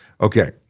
Okay